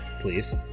please